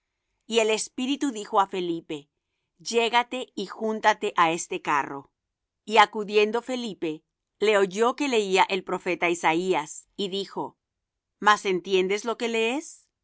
y el espíritu dijo á felipe llégate y júntate á este carro y acudiendo felipe le oyó que leía el profeta isaías y dijo mas entiendes lo que lees